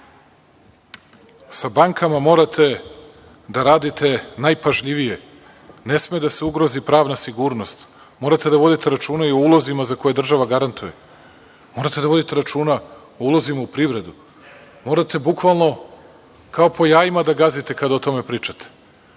Sa bankama morate da radite najpažljivije. Ne sme da se ugrozi pravna sigurnost. Morate da vodite računa o ulozima za koje država garantuje. Morate da vodite računa o ulozima u privredi. Morate, bukvalno, kao po jajima da gazite kada o tome pričate. Ne